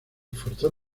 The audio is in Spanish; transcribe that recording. esforzó